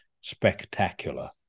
spectacular